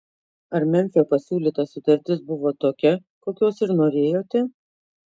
ar memfio pasiūlyta sutartis buvo tokia kokios ir norėjote